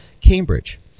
Cambridge